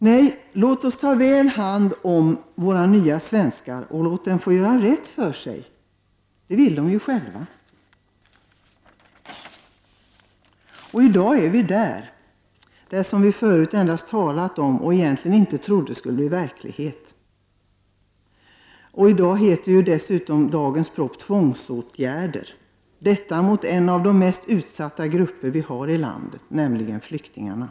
Nej, låt oss ta väl hand om våra nya svenskar och låt dem få göra rätt för sig. Det vill de ju själva. I dag befinner vi oss i ett läge som vi tidigare endast talat om och som vi egentligen inte trodde skulle bli verklighet. Dagens proposition handlar om tvångsåtgärder mot en av de mest utsatta grupper vi har i samhället, nämligen flyktingarna.